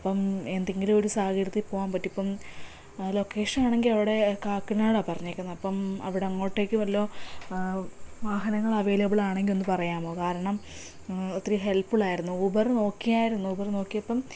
അപ്പം എന്തെങ്കിലും ഒരു സാഹചര്യത്തിൽ പോകാൻ പറ്റും ഇപ്പം ലൊക്കേഷൻ ആണെങ്കിൽ അവിടെ കാക്കനാടാ പറഞ്ഞേക്കുന്നത് അപ്പം അവിടെ അങ്ങോട്ടേക്ക് വല്ലോം വാഹനങ്ങൾ അവൈലബിളാണെങ്കിൽ ഒന്ന് പറയാമോ കാരണം ഒത്തിരി ഹെൽപ്പ് ഫുള്ളായിരുന്നു ഊബറ് നോക്കിയായിരുന്നു ഊബർ നോക്കിയപ്പം